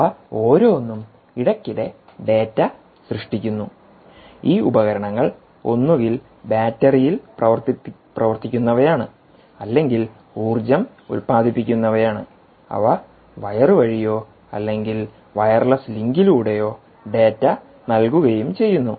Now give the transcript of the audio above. അവ ഓരോന്നും ഇടയ്ക്കിടെ ഡാറ്റ സൃഷ്ടിക്കുന്നു ഈ ഉപകരണങ്ങൾ ഒന്നുകിൽ ബാറ്ററിയിൽ പ്രവർത്തിക്കുന്നവയാണ് അല്ലെങ്കിൽ ഊർജ്ജം ഉത്പാദിപ്പിക്കുന്നവയാണ്അവ വയർ വഴിയോ അല്ലെങ്കിൽ വയർലെസ് ലിങ്കിലൂടെയോ ഡാറ്റ നൽകുകയും ചെയ്യുന്നു